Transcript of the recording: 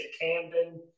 Camden